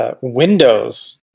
Windows